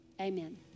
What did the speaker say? amen